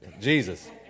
jesus